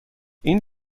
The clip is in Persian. این